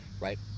right